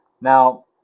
now